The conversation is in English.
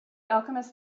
alchemist